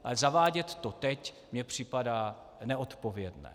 Ale zavádět to teď mně připadá neodpovědné.